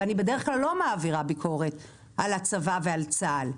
ואני בדרך כלל לא מעבירה ביקורת על הצבא ועל צה"ל,